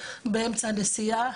באמצע הנסיעה,